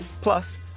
plus